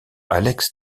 alex